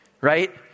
right